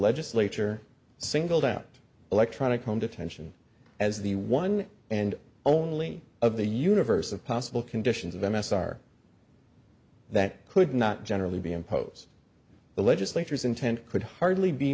legislature singled out electronic home detention as the one and only of the universe of possible conditions of m s r that could not generally be impose the legislature's intent could hardly be